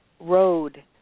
road